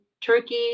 turkey